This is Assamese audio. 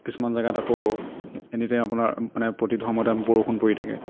কিছুমান জাগাত আকৌ এনিটাইম আপোনাৰ মানে প্ৰতিটো সময়তে বৰষুণ পৰি থাকে